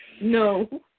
No